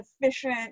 efficient